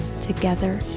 Together